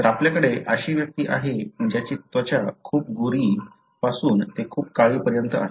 तर आपल्याकडे अशी व्यक्ती आहे ज्याची त्वचा खूप गोरी पासून ते खूप काळी पर्यन्त आहे